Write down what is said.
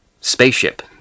spaceship